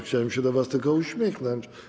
Chciałem się do was tylko uśmiechnąć.